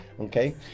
Okay